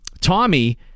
Tommy